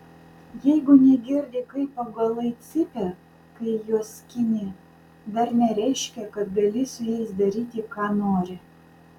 jeigu negirdi kaip augalai cypia kai juos skini dar nereiškia kad gali su jais daryti ką nori